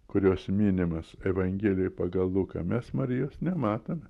kurios minimas evangelijoj pagal luką mes marijos nematome